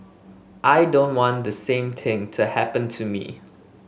I don't want the same thing to happen to me